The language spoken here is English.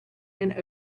and